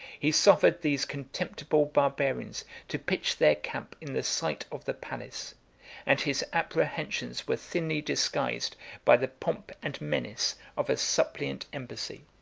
he suffered these contemptible barbarians to pitch their camp in the sight of the palace and his apprehensions were thinly disguised by the pomp and menace of a suppliant embassy.